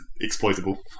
exploitable